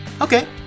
Okay